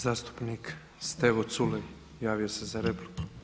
Zastupnik Stevo Culej javio se za repliku.